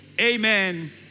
Amen